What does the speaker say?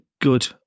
Good